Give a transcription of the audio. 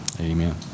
Amen